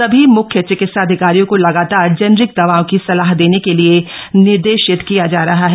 सभी मुख्य चिकित्साधिकारियों को लगातार जेनेरिक दवाओं की सलाह देने के लिए निर्देशित किया जा रहा है